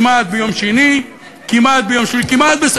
כמעט ביום שני, כמעט ביום שלישי, כמעט.